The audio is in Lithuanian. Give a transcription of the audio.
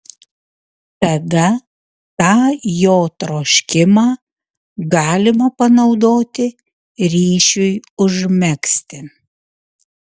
tada tą jo troškimą galima panaudoti ryšiui užmegzti